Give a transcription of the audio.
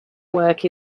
work